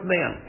Man